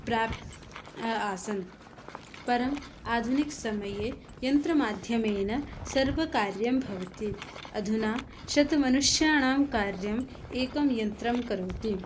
प्राप आसन् परम् आधुनिकसमये यन्त्रमाध्यमेन सर्वकार्यं भवति अधुना शतं मनुष्याणां कार्यम् एकं यन्त्रं करोति